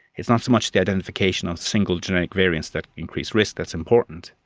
it's not so much the identification of single genetic variants that increase risk that's important,